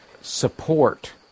support